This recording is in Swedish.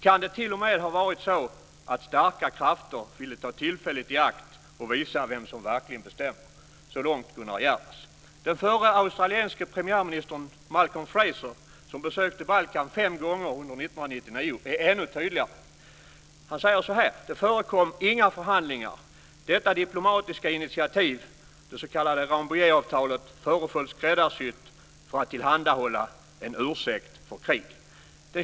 Kan det till och med ha varit så att starka krafter ville ta tillfället i akt och visa vem som verkligen bestämmer?" Frazer, som besökte Balkan fem gånger under 1999, är ännu tydligare: "Det förekom inga förhandlingar. Detta diplomatiska initiativ, det s.k. Rambouilletavtalet, föreföll skräddarsytt för att tillhandahålla en ursäkt för krig."